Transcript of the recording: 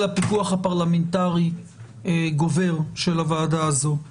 הפיקוח הפרלמנטרי של הוועדה הזו גובר.